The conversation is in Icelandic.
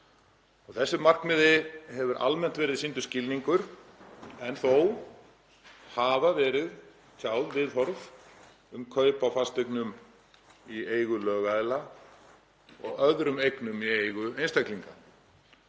Þessu markmiði hefur almennt verið sýndur skilningur en þó hafa verið tjáð viðhorf um kaup á fasteignum í eigu lögaðila og á öðrum eignum í eigu einstaklinga.